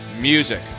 music